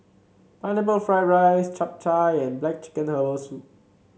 Pineapple Fried Rice Chap Chai and black chicken Herbal Soup